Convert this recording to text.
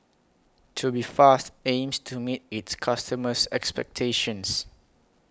Tubifast aims to meet its customers' expectations